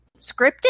scripted